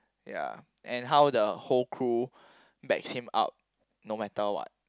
ya and how the whole crew backs him up no matter what